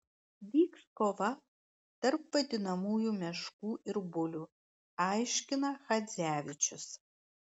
vyks kova tarp vadinamųjų meškų ir bulių aiškina chadzevičius